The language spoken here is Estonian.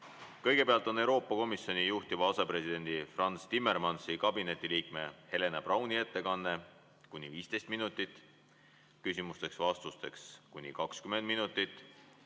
Kõigepealt on Euroopa Komisjoni juhtiva asepresidendi Frans Timmermansi kabineti liikme Helena Brauni ettekanne kuni 15 minutit, küsimusteks-vastusteks kuni 20 minutit.